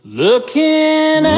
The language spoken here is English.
looking